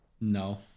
No